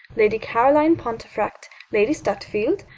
lady caroline pontefract, lady stutfield,